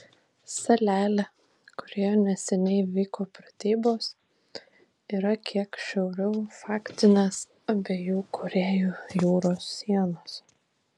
salelė kurioje neseniai vyko pratybos yra kiek šiauriau faktinės abiejų korėjų jūros sienos